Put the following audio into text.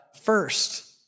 first